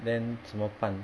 then 怎么办